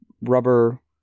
rubber